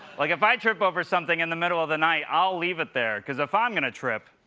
like, if i trip over something in the middle of the night, i'll leave it there, because if i'm going to trip,